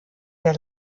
der